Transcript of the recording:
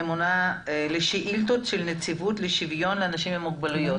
ממונה על שאילתות של נציבות לשוויון אנשים עם מוגבלויות,